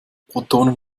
protonen